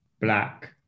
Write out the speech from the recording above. black